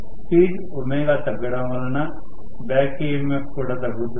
speed ω తగ్గడం వలన back EMF కూడా తగ్గుతుంది